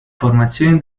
formazione